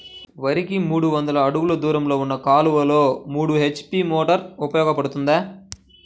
వరికి మూడు వందల అడుగులు దూరంలో ఉన్న కాలువలో మూడు హెచ్.పీ మోటార్ ఉపయోగపడుతుందా?